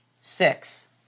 Six